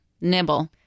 nibble